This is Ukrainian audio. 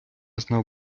знав